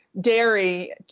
dairy